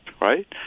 right